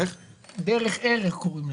"דרך ערך" קוראים לזה.